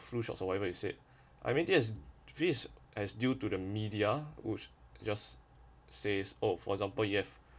flu shots or whatever is it I mean this is this is as due to the media would just says oh for example yes